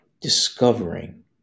discovering